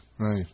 Right